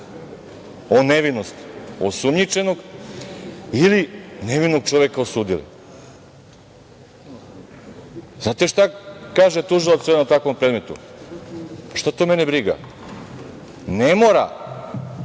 o nevinost osumnjičenog ili nevinog čoveka osudili. Znate šta kaže tužilac o jednom takvom predmetu? Šta to mene briga. Ne moram